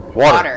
water